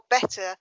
better